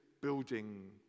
building